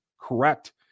correct